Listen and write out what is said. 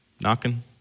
knocking